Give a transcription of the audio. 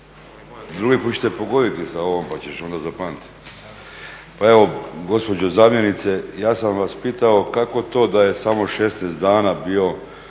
Drugi put ćete pogoditi za ovo… Pa evo gospođo zamjenice ja sam vas pitao kako to da je samo 16 dana bio